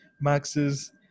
Max's